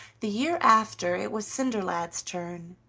the year after, it was cinderlad's turn,